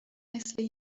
مثل